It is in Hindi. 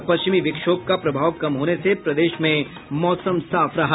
और पश्चिमी विक्षोभ का प्रभाव कम होने से प्रदेश में मौसम साफ रहा